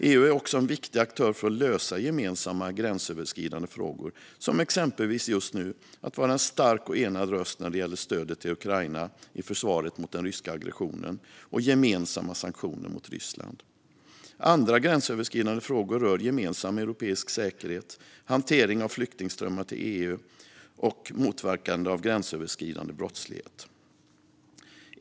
EU är en viktig aktör för att lösa gemensamma gränsöverskridande frågor, som exempelvis just nu när det gäller att vara en stark och enad röst när det gäller stödet till Ukraina i försvaret mot den ryska aggressionen och gemensamma sanktioner mot Ryssland. Andra gränsöverskridande frågor rör gemensam europeisk säkerhet, hantering av flyktingströmmar till EU och motverkande av gränsöverskridande brottslighet.